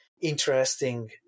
interesting